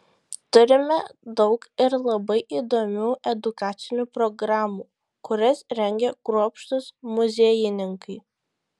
turime daug ir labai įdomių edukacinių programų kurias rengia kruopštūs muziejininkai